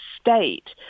state